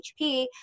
HP